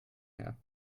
her